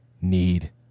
need